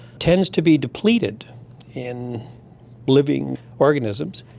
tends to be depleted in living organisms.